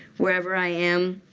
wherever i am,